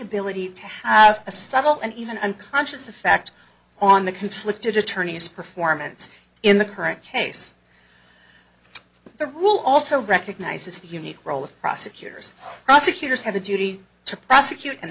ability to have a subtle and even unconscious the fact on the conflict attorney's performance in the current case the rule also recognizes the unique role of prosecutors prosecutors have a duty to prosecute and